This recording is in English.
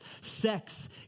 Sex